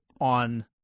on